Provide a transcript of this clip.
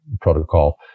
protocol